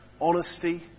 honesty